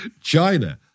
China